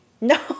No